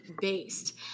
based